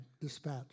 dispatch